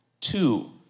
Two